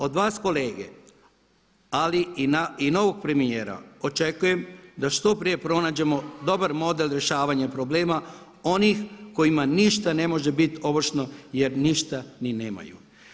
Od vas kolege, ali i novog premijera očekujem da što prije pronađemo dobar model rješavanja problema onih kojima ništa ne može biti ovršno jer ništa ni nemaju.